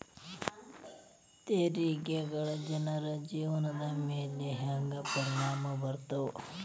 ತೆರಿಗೆಗಳ ಜನರ ಜೇವನದ ಮ್ಯಾಲೆ ಹೆಂಗ ಪರಿಣಾಮ ಬೇರ್ತವ